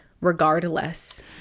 regardless